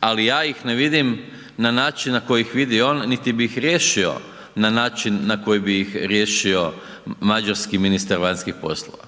ali ja ih ne vidim na način na koji ih vidi on niti bi ih riješio na način na koji bi ih riješio mađarski ministar vanjskih poslova.